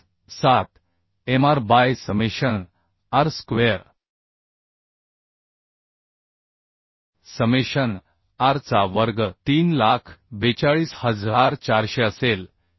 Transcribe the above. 87 Mr by summation R square summation r चा वर्ग 342400 असेल